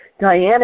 Diana